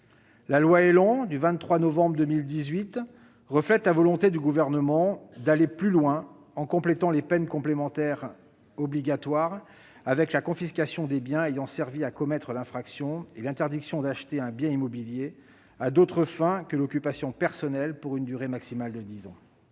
La loi ÉLAN du 23 novembre 2018 reflète la volonté du Gouvernement d'aller plus loin, en complétant les peines complémentaires obligatoires, avec la confiscation des biens ayant servi à commettre l'infraction et l'interdiction d'acheter un bien immobilier à d'autres fins que l'occupation personnelle pour une durée maximale de dix ans.